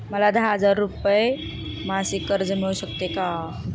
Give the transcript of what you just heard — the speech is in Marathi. मला दहा हजार रुपये मासिक कर्ज मिळू शकेल का?